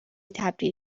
تبدیل